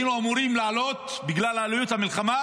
היינו אמורים לעלות בגלל עלויות של מלחמה,